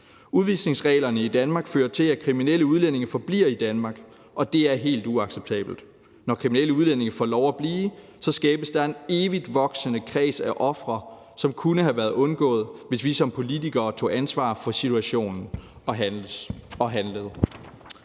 Udvisningsreglerne i Danmark fører til, at kriminelle udlændinge forbliver i Danmark, og det er helt uacceptabelt. Når kriminelle udlændinge får lov at blive, skabes der en evigt voksende kreds af ofre, som kunne have været undgået, hvis vi som politikere tog ansvar for situationen og handlede.